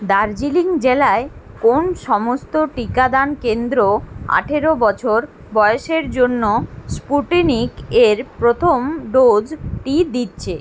দার্জিলিং জেলায় কোন সমস্ত টিকাদান কেন্দ্র আঠেরো বছর বয়সের জন্য স্পুটনিক এর প্রথম ডোজটি দিচ্ছে